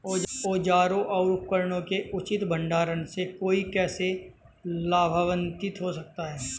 औजारों और उपकरणों के उचित भंडारण से कोई कैसे लाभान्वित हो सकता है?